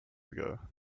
ago